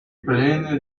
pläne